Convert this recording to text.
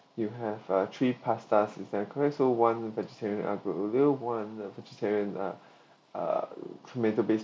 you have uh three pasta is that correct so one vegetarian aglio olio one uh vegetarian uh ah tomato based